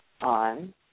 on